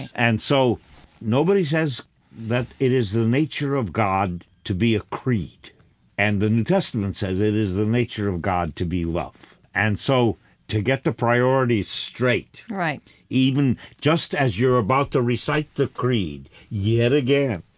and so nobody says that it is the nature of god to be a creed and the new testament says it is the nature of god to be love. and so to get the priorities straight, right even just as you're about to recite the creed yet again,